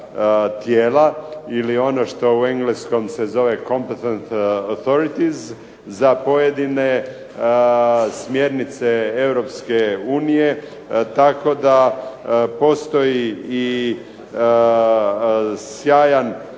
tijela ili ono što se u engleskom se zove "Competent authorities" za pojedine smjernice Europske unije, tako da postoji i sjajan